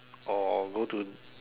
or go to